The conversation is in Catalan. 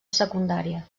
secundària